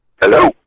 Hello